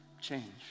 change